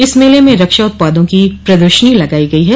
इस मेले में रक्षा उत्पादों की प्रदर्शनी लगाई गई है